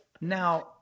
Now